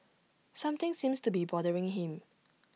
something seems to be bothering him